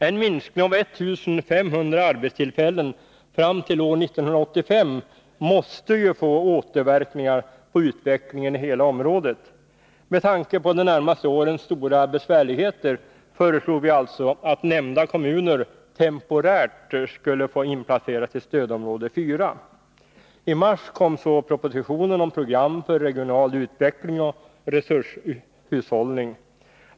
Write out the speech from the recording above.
En minskning av 1 500 arbetstillfällen fram till år 1985 måste ju få återverkningar på utvecklingen i hela området. Med tanke på de närmaste årens stora besvärligheter föreslog vi alltså att nämnda kommuner temporärt skulle få inplaceras i stödområde 4. I mars kom så propositionen om program för regional utveckling och resurshushållning.